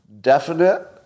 definite